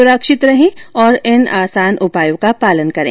सुरक्षित रहें और इन तीन आसान उपायों का पालन करें